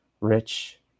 rich